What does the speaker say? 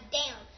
down